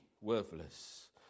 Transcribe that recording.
worthless